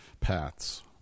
paths